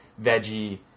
veggie